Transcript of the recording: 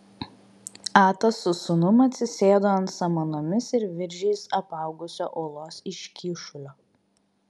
atas su sūnum atsisėdo ant samanomis ir viržiais apaugusio uolos iškyšulio